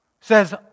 says